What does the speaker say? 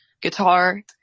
guitar